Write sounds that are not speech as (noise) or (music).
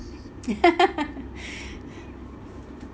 (laughs)